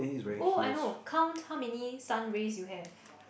oh I know count how many sun rays you have